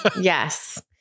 Yes